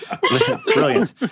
brilliant